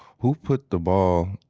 who put the ball